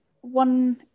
one